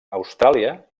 austràlia